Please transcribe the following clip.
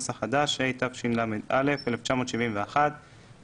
התשל"א 1971‏,